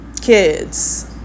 kids